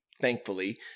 thankfully